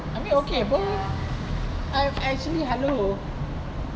I mean okay apa I've actually hello